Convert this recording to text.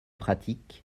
pratique